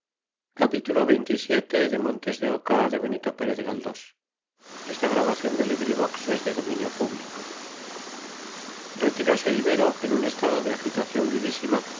retirose ibero en un estado de agitación vivísima